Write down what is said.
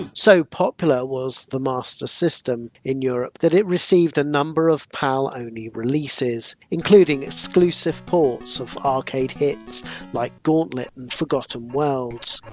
so popular was the master system in europe that it received a number of pal-only releases, including exclusive ports of arcade hits like gauntlet and forgotten worlds.